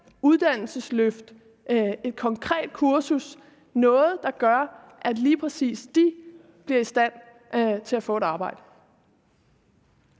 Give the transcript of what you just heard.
uddannelsesløft, et konkret kursus – noget, der gør, at lige præcis de bliver i stand til at få et arbejde.